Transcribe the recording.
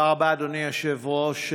תודה רבה, אדוני היושב-ראש.